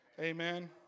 amen